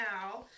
now